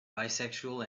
bisexual